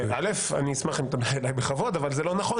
א', אני אשמח אם תדבר אליי בכבוד, אבל זה לא נכון.